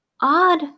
odd